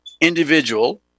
individual